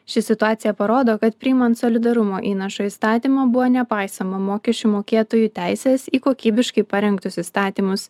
ši situacija parodo kad priimant solidarumo įnašo įstatymą buvo nepaisoma mokesčių mokėtojų teisės į kokybiškai parengtus įstatymus